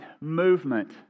Movement